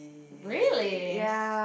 really